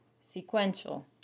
sequential